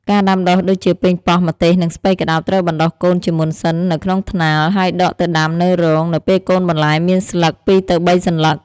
ការដាំដុះដូចជា ប៉េងប៉ោះ ម្ទេស និង ស្ពៃក្ដោប ត្រូវបណ្ដុះកូនជាមុនសិននៅក្នុងថ្នាល ហើយដកទៅដាំនៅរងនៅពេលកូនបន្លែមានស្លឹក ២ ទៅ ៣ សន្លឹក។